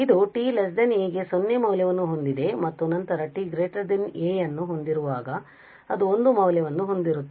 ಇದು t a ಗೆ 0 ಮೌಲ್ಯವನ್ನು ಹೊಂದಿದೆ ಮತ್ತು ನಂತರ t a ಯನ್ನು ಹೊಂದಿರುವಾಗ ಅದು 1 ಮೌಲ್ಯವನ್ನು ಹೊಂದಿರುತ್ತದೆ